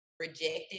rejected